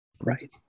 Right